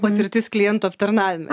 patirtis klientų aptarnavime